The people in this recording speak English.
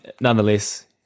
nonetheless